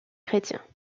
chrétiens